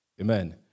Amen